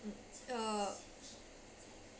uh